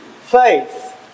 faith